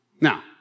Now